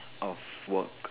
of work